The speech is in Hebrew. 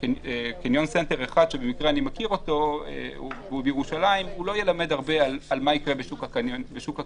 קניון סנטר 1 בירושלים לא ילמד הרבה על מה שיקרה בשוק הקניונים,